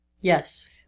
Yes